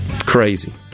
Crazy